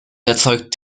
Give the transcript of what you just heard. erzeugt